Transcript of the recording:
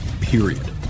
Period